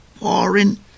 pouring